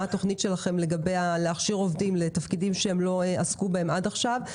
מה התוכנית שלכם לגבי הכשרת עובדים לתפקידים שהם לא עסקו בהם עד עכשיו.